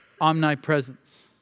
omnipresence